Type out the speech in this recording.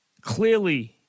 Clearly